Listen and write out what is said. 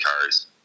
cars